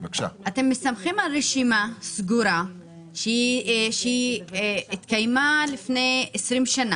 אתם מסתמכים על רשימה סגורה שהתקיימה לפני 20 שנה.